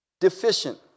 deficient